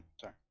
Sorry